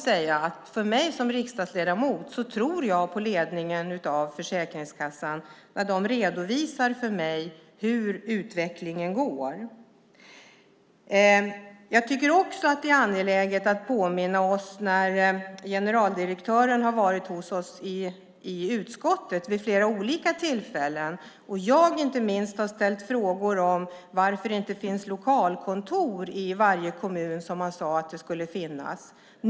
Jag som riksdagsledamot tror på ledningen för Försäkringskassan när de redovisar för mig hur utvecklingen fortskrider. Det är angeläget att påminna om att generaldirektören besökt utskottet vid flera tillfällen och att vi, inte minst jag, då ställt frågor om varför det inte finns lokalkontor i varje kommun, vilket man sagt ska finnas.